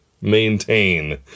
maintain